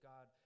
God